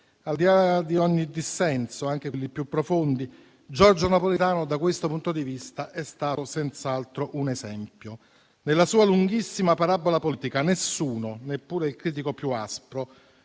Al di là di ogni dissenso, anche quelli più profondi, Giorgio Napolitano da questo punto di vista è stato senz'altro un esempio. Nella sua lunghissima parabola politica nessuno, neppure il critico più aspro,